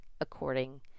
according